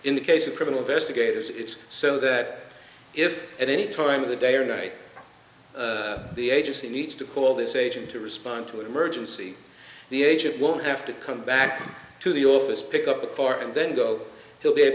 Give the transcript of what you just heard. in the case of criminal investigators it's so that if at any time of the day or night the agency needs to call this agent to respond to an emergency the agent won't have to come back to the office pick up a part and then go